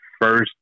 first